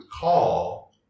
call